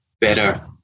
better